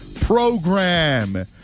program